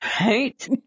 Right